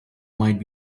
might